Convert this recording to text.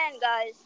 guys